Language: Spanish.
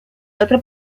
otro